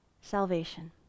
salvation